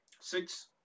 Six